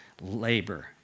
Labor